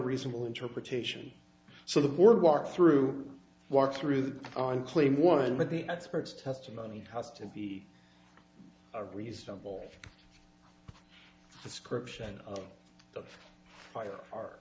reasonable interpretation so the board walk through walk through the on claim one with the experts testimony has to be reasonable description of prior ar